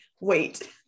wait